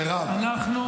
אנחנו -- חברת הכנסת מירב,